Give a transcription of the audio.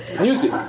Music